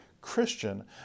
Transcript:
Christian